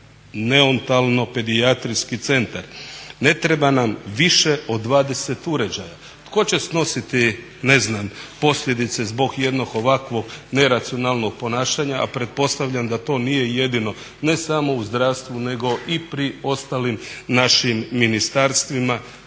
neontalno-pedijatrijski centar. Ne treba nam više od 20 uređaja. Tko će snositi ne znam posljedice zbog jednog ovakvog neracionalnog ponašanja, a pretpostavljam da to nije jedino ne samo u zdravstvu nego i pri ostalim našim ministarstvima